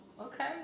Okay